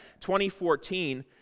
2014